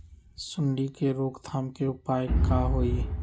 सूंडी के रोक थाम के उपाय का होई?